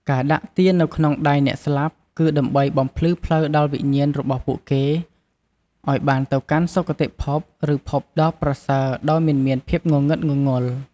ការដាក់ទៀននៅក្នុងដៃអ្នកស្លាប់ គឺដើម្បីបំភ្លឺផ្លូវដល់វិញ្ញាណរបស់ពួកគេ ឲ្យបានទៅកាន់សុគតិភព ឬភពដ៏ប្រសើរ ដោយមិនមានភាពងងឹតងងល់។